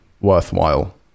worthwhile